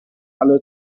alle